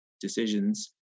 decisions